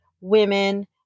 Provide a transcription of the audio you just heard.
women